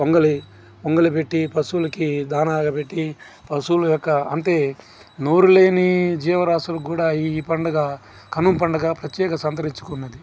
పొంగలి పొంగలి పెట్టి పశువులకి దానాలు పెట్టి పశువుల యొక్క అంటే నోరులేని జీవరాసులకూడా ఈ పండుగ కనుమ పండగ ప్రత్యేకత సంతరించుకున్నది